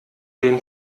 den